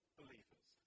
believers